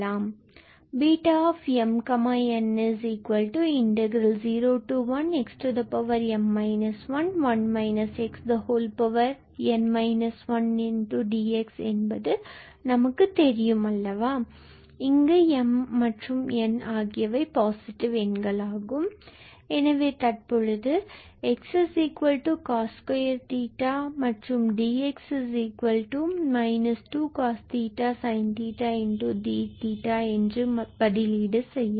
Β𝑚𝑛01xm 1 n 1dx என்பது நமக்கு தெரியும் அல்லவா இங்கு m and n இவை பாசிட்டிவ் ஆகும் எனவே தற்போது 𝑥cos2 and 𝑑𝑥−2𝑐𝑜𝑠𝜃sin𝜃𝑑𝜃 என பதிலீடு செய்யலாம்